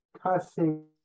cussing